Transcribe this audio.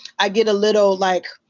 i get a little, like,